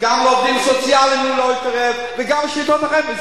גם אצל העובדים הסוציאליים הוא לא התערב וגם בשביתות אחרות.